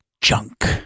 junk